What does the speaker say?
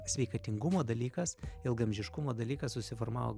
sveikatingumo dalykas ilgaamžiškumo dalykas susiformavo